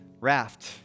raft